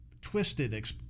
twisted